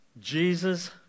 Jesus